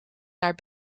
naar